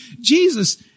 Jesus